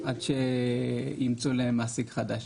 עד שימצאו להם מעסיק חדש.